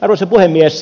arvoisa puhemies